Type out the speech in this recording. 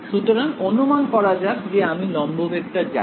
সুতরাং অনুমান করা যাক যে আমি লম্ব ভেক্টর জানি